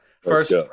first